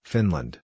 Finland